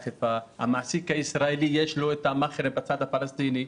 למעסיק הישראלי יש את המאכער בצד הפלסטיני,